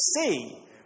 see